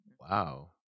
Wow